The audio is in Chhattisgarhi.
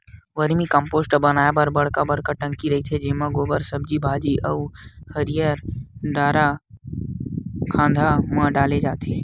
वरमी कम्पोस्ट बनाए बर बड़का बड़का टंकी रहिथे जेमा गोबर, सब्जी भाजी अउ हरियर डारा खांधा ल डाले जाथे